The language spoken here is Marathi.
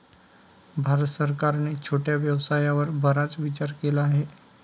भारत सरकारने छोट्या व्यवसायावर बराच विचार केला आहे